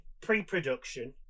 pre-production